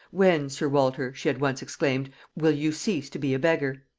when, sir walter, she had once exclaimed, will you cease to be a beggar?